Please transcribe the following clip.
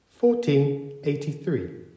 1483